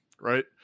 right